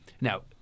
Now